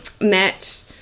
Met